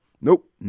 Nope